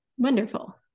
Wonderful